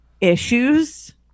issues